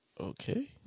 Okay